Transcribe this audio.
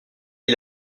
est